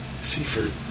Seaford